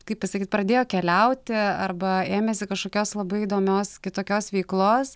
kaip pasakyt pradėjo keliauti arba ėmėsi kažkokios labai įdomios kitokios veiklos